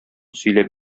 сөйләп